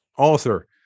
author